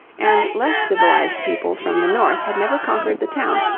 and less civilized peoples from the north had never conquered the town,